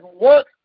work